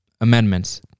amendments